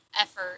effort